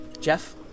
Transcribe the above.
Jeff